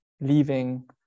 leaving